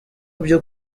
byo